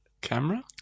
camera